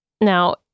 Now